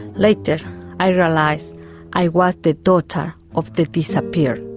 later i realised i was the daughter of the disappeared.